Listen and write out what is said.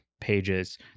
pages